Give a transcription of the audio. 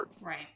right